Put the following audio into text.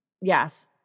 Yes